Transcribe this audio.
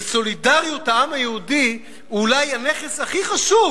וסולידריות העם היהודי היא אולי הנכס הכי חשוב